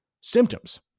symptoms